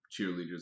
cheerleaders